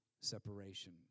separation